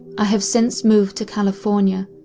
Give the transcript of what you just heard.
i have since moved to california,